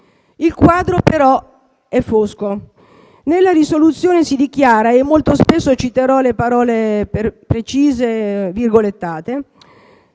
Il quadro, però, è fosco. Nella risoluzione si dichiara - citerò molto spesso le parole precise virgolettate